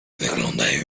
wyglądają